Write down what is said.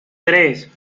tres